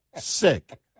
sick